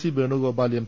C Venugopal M